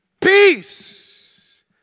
peace